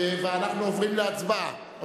ואנחנו עוברים להצבעה.